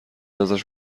ازش